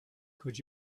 could